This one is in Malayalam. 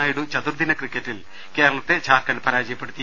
നായിഡു ചതുർദിന ക്രിക്ക റ്റിൽ കേരളത്തെ ജാർഖണ്ഡ് പരാജയപ്പെടുത്തി